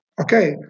okay